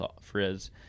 frizz